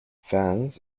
fans